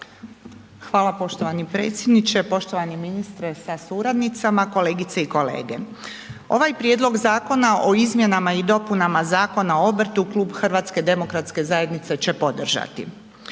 Hvala poštovani predsjedniče, poštovani ministre sa suradnicama, kolegice i kolege, ovaj prijedlog zakona o izmjenama i dopunama Zakona o obrtu Klub HDZ-a će podržati.